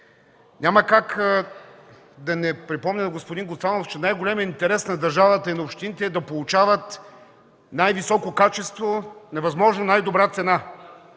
няма как да не припомня, господин Гуцанов, че най-големият интерес на държавата и на общините е да получават най-високо качество на възможно най-добра цена.